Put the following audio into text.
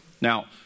Now